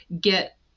get